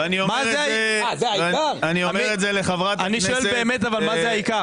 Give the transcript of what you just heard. ואני אומר את זה לחברת הכנסת --- אני שואל באמת מה זה העיקר.